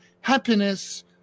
happiness